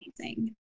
amazing